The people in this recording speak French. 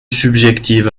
subjective